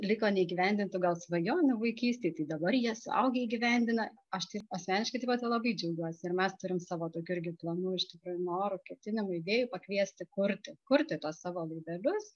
liko neįgyvendintų gal svajonių vaikystėj tai dabar jie suaugę įgyvendina aš tai asmeniškai tai pati labai džiaugiuosi ir mes turim savo tokių irgi planų iš tikrųjų norų ketinimų idėjų pakviesti kurti kurti tuos savo laivelius